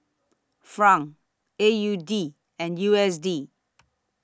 Franc A U D and U S D